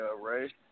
Ray